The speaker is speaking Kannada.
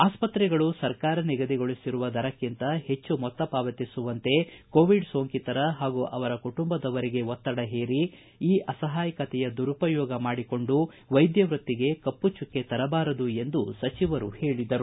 ಆಸ್ಪತ್ರೆಗಳು ಸರ್ಕಾರ ನಿಗದಿಗೊಳಿಸಿರುವ ದರಕ್ಕಿಂತ ಹೆಚ್ಚು ಮೊತ್ತ ಪಾವತಿಸುವಂತೆ ಕೋವಿಡ್ ಸೋಂಕಿತರ ಹಾಗೂ ಅವರ ಕುಟುಂಬದವರಿಗೆ ಒತ್ತಡ ಹೇರಿ ಈ ಅಸಹಾಯಕತೆಯ ದುರುಪಯೋಗ ಮಾಡಿಕೊಂಡು ವೈದ್ಯ ವೃತ್ತಿಗೆ ಕಪ್ಪುಚುಕ್ಕೆ ತರಬಾರದು ಎಂದು ಸಚಿವರು ಹೇಳಿದರು